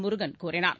முருகன் கூறினார்